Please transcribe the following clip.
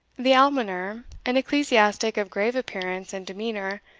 the almoner, an ecclesiastic of grave appearance and demeanour,